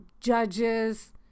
judges